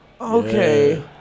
okay